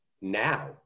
now